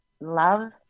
love